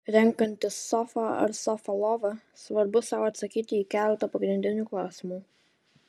renkantis sofą ar sofą lovą svarbu sau atsakyti į keletą pagrindinių klausimų